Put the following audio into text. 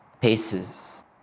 paces